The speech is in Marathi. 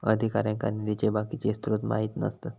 अधिकाऱ्यांका निधीचे बाकीचे स्त्रोत माहित नसतत